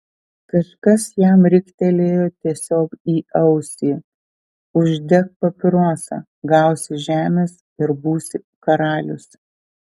kažkas jam riktelėjo tiesiog į ausį uždek papirosą gausi žemės ir būsi karalius